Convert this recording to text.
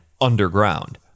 underground